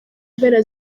mpera